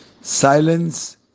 silence